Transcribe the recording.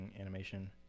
Animation